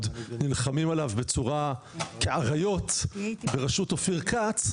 נלחמים עליו בצורה כאריות בראשות אופיר כץ,